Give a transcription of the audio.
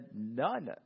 None